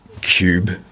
cube